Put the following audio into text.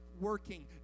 working